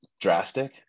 drastic